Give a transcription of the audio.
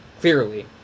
clearly